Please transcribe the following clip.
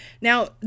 Now